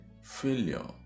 failure